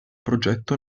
progetto